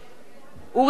אורי אורבך,